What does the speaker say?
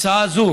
הצעה זו